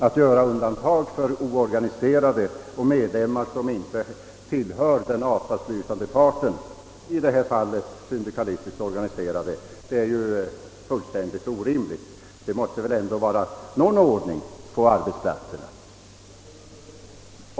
Att göra undantag för oorganiserade och medlemmar som inte tillhör den avtalsslutande parten, i detta fall syndikalistiskt organiserade, är fullständigt orimligt. Det måste ändå vara någon ordning på arbetsplatserna.